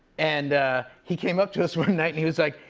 and he came up to us one night and he was like,